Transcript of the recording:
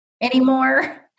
anymore